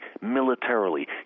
militarily